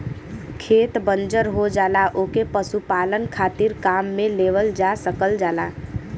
खेत बंजर हो जाला ओके पशुपालन खातिर काम में लेवल जा सकल जाला